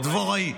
דבוראי.